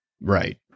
right